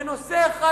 בנושא אחד,